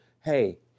hey